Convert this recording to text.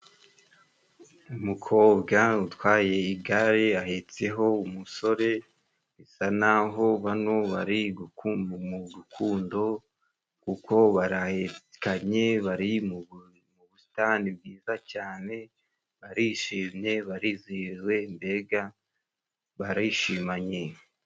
Umukobwa utwaye igare ahetseho umusore, bisa naho bano bari guku, mu rukundo kuko barahantu, bari mu busitani bwiza cyane barishimye, barizihiwe mbega barayishimanye.